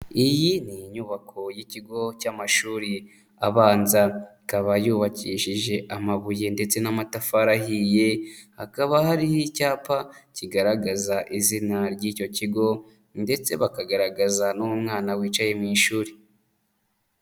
Iyi ni nyubako y'ikigo cy'amashuri abanza ikaba yubakishije amabuye ndetse n'amatafari ahiye hakaba hariho icyapa kigaragaza izina ry'icyo kigo ndetse bakagaragaza n'umwana wicaye mu ishuri.